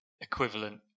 equivalent